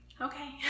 okay